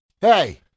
Hey